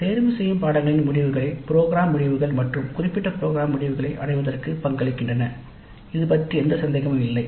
தேர்ந்தெடுக்கப்பட்ட படிப்புகளின் முடிவுகள் ப்ரோக்ராம் முடிவுகள் மற்றும் குறிப்பிட்ட ப்ரோக்ராம் முடிவுகளை அடைவதற்கு பங்களிக்கின்றன இது பற்றி எந்த சந்தேகமும் இல்லை